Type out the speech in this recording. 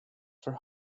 for